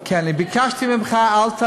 כמה זמן?